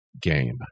game